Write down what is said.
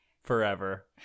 Forever